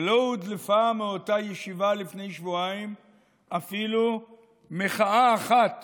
לא הודלפה מאותה ישיבה לפני שבועיים אפילו מחאה אחת